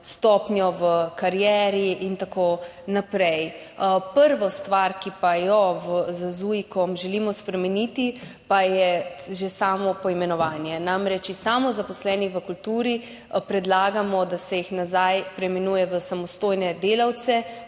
stopnjo v karieri in tako naprej. Prva stvar, ki jo z ZUJIK želimo spremeniti, pa je že samo poimenovanje. Namreč, iz samozaposleni v kulturi predlagamo, da se jih preimenuje nazaj v samostojne delavce